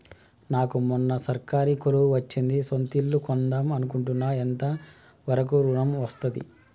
నాకు మొన్న సర్కారీ కొలువు వచ్చింది సొంత ఇల్లు కొన్దాం అనుకుంటున్నా ఎంత వరకు ఋణం వస్తది?